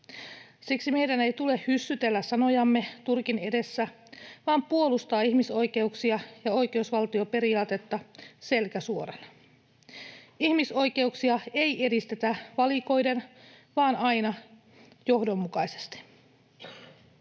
Siksi meidän ei tule hyssytellä sanojamme Turkin edessä, vaan puolustaa ihmisoikeuksia ja oikeusvaltioperiaatetta selkä suorana. Ihmisoikeuksia ei edistetä valikoiden, vaan aina johdonmukaisesti.